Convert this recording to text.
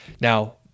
Now